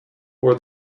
for